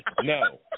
no